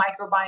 microbiome